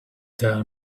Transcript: tell